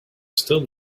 still